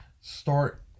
start